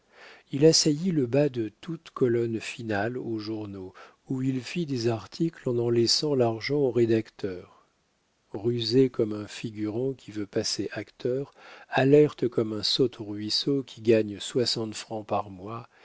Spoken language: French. il assaillit le bas de toutes colonnes finales aux journaux où il fit des articles en en laissant l'argent aux rédacteurs rusé comme un figurant qui veut passer acteur alerte comme un saute-ruisseau qui gagne soixante francs par mois